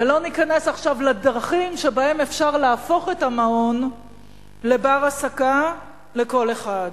ולא ניכנס עכשיו לדרכים שבהן אפשר להפוך את המעון לבר-השגה לכל אחד.